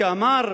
שאמר,